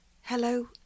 Hello